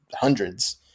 hundreds